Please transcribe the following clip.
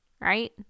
right